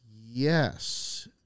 Yes